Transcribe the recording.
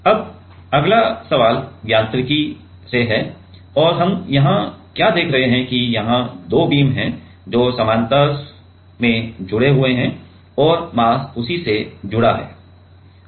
अब अगला सवाल यांत्रिकी से है और हम यहां क्या देख रहे हैं कि यहाँ 2 बीम हैं जो समानांतर में जुड़े हुए हैं और मास उसी से जुड़ा है है